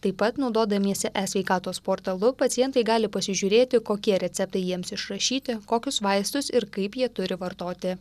taip pat naudodamiesi e sveikatos portalu pacientai gali pasižiūrėti kokie receptai jiems išrašyti kokius vaistus ir kaip jie turi vartoti